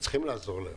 שצריכים לעזור להן,